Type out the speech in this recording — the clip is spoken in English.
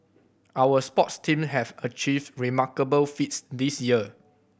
our sports teams have achieved remarkable feats this year